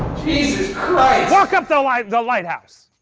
jesus christ! walk up the like the lighthouse!